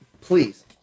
Please